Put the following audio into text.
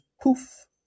poof